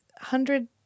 hundred